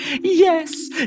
Yes